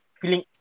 feeling